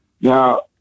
Now